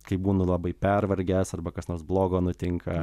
kai būnu labai pervargęs arba kas nors blogo nutinka